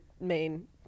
main